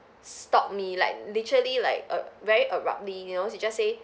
stopped me like literally like err very abruptly you know she just say